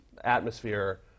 atmosphere